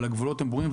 אבל הגבולות ברורים.